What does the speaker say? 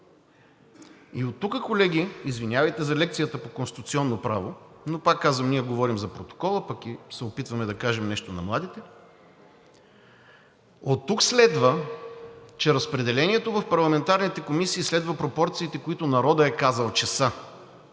И оттук, колеги, извинявайте за лекцията по Конституционно право, но пак казвам, ние говорим за протокола, пък и се опитваме да кажем нещо на младите, оттук следва, че разпределението в парламентарните комисии следва пропорциите, които народът е казал, че са,